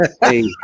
Hey